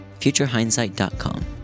futurehindsight.com